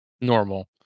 Normal